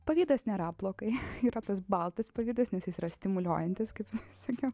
pavydas nėra blogai yra tas baltas pavydas nes jis yra stimuliuojantis kaip sakiau